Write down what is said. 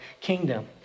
kingdom